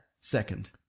Second